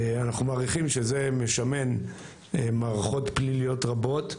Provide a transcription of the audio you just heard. אנחנו מעריכים שזה משמן מערכות פליליות רבות,